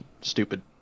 stupid